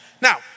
Now